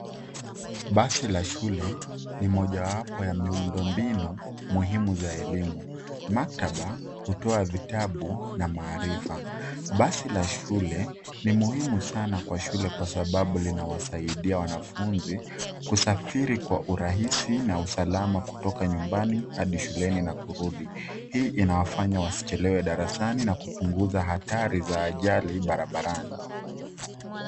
Basi la shule ni mojawapo ya miundo mbinu muhimu za elimu maktaba hutoa vitabu na maarifa ,basi la shule ni muhimu sana kwa shule kwa sababu linawasaidia wanafunzi kusafiri kwa urahisi na usalama kutoka nyumbani hadi shuleni na kurudi hii inawafanya wasichelewe darasani na kupunguza hatari za ajali barabarani.